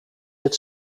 het